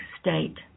state